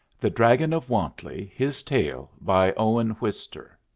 the dragon of wantley his tale by owen wister